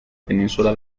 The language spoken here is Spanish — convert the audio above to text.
península